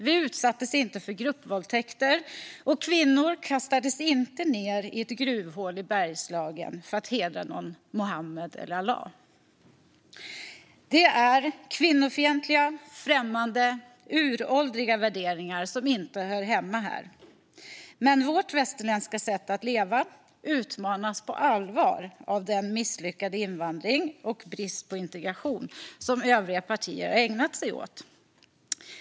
Vi utsattes inte för gruppvåldtäkter, och kvinnor kastades inte ned i gruvhål i Bergslagen för att hedra någon Mohammed eller Allah. Det handlar om kvinnofientliga, främmande, uråldriga värderingar som inte hör hemma här. Vårt västerländska sätt att leva utmanas på allvar av den misslyckade invandring och brist på integration som övriga partier ägnat sig åt.